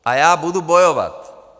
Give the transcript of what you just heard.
A já budu bojovat.